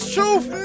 Truth